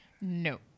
No